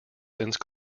since